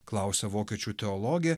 klausia vokiečių teologė